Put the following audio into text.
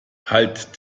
halt